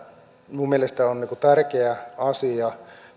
minun mielestäni on tärkeä asia